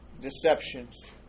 deceptions